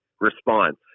response